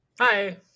Hi